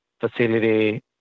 facility